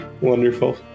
Wonderful